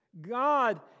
God